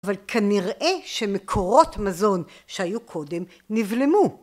אבל כנראה שמקורות מזון שהיו קודם נבלמו.